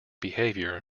behavior